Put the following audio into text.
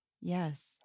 Yes